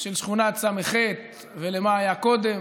של שכונת ס"ח ולמה היה קודם,